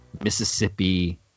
Mississippi